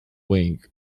wing